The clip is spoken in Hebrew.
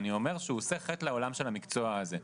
אני אומר שהוא עושה חטא לעולם של המקצוע הזה.